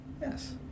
Yes